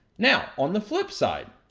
now, on the flip side,